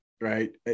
right